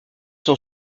sont